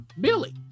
Billy